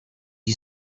you